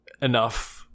enough